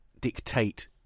dictate